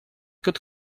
could